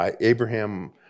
Abraham